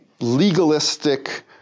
legalistic